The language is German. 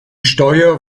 steuer